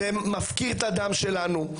זה מפקיר את הדם שלנו,